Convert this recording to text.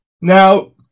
Now